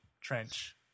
trench